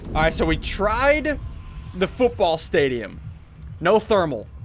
so we tried the football stadium no, thermal,